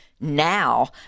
now